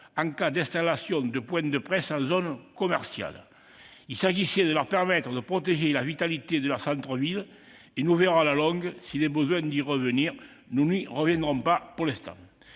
en cas d'installation de points de presse en zone commerciale. Il s'agissait de permettre aux maires de protéger la vitalité de leurs centres-villes. Nous verrons à la longue s'il faut y revenir : nous n'y reviendrons pas pour l'instant.